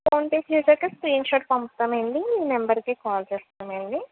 phone pay చేశాక screenshot పంపుతామండి ఈ నంబర్ కి కాల్ చేస్తామండి